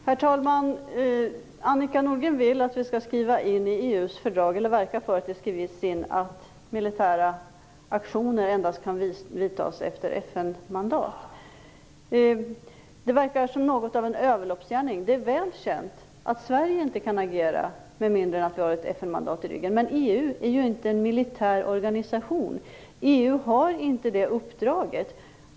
Herr talman! Annika Nordgren vill att vi skall verka för att det skrivs in i EU:s fördrag att militära aktioner endast kan vidtas efter FN-mandat. Det verkar som något av en överloppsgärning. Det är väl känt att Sverige inte kan agera med mindre än att vi har ett FN-mandat i ryggen. Men EU är ju inte en militär organisation. EU har inte det uppdraget.